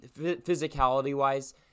physicality-wise